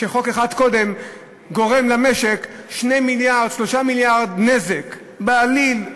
כשחוק אחד שחוקק קודם לכן גורם למשק נזק של 2